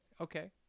okay